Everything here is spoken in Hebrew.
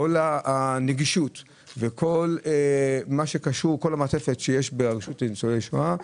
כל הנגישות וכל המעטפת שיש ברשות לניצולי שואה,